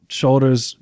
shoulders